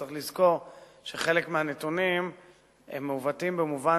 צריך לזכור שחלק מהנתונים מעוותים במובן